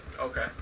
Okay